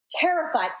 terrified